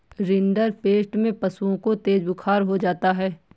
rinderpest में पशुओं को तेज बुखार हो जाता है